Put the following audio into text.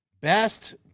best